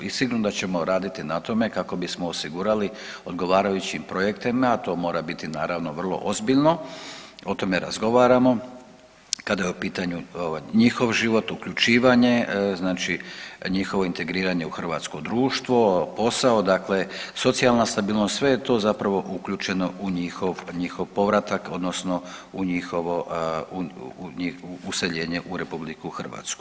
I sigurno da ćemo raditi na tome kako bismo osigurali odgovarajućim projektima, to mora biti naravno vrlo ozbiljno, o tome razgovaramo, kada je u pitanju njihov život, uključivanje, znači njihovo integriranje u hrvatsko društvo, posao, dakle socijalna stabilnost, sve je to zapravo uključeno u njihov, njihov povratak odnosno u njihovo useljenje u RH.